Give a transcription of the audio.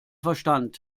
verstand